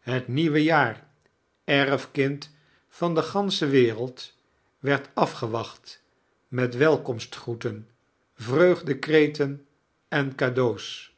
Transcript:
het nieuwe jaar erfkind van de gansche wereld werd afgewacht met welkomstgroeten vreugdekreten en cadeaux